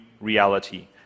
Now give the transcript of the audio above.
reality